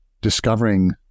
discovering